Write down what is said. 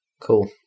Cool